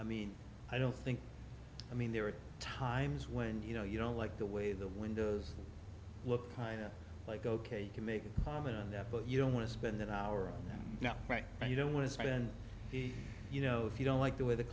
i mean i don't think i mean there are times when you know you don't like the way the windows look kind of like ok you can make it on that but you don't want to spend that hour now right and you don't want to spend you know if you don't like the way the